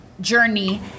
journey